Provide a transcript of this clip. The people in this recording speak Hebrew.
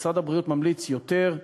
משרד הבריאות ממליץ על יותר,